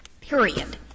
period